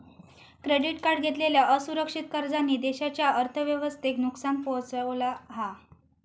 credit card घेतलेल्या असुरक्षित कर्जांनी देशाच्या अर्थव्यवस्थेक नुकसान पोहचवला हा